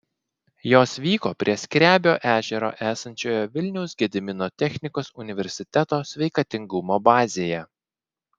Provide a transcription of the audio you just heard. jos vyko prie skrebio ežero esančioje vilniaus gedimino technikos universiteto sveikatingumo bazėje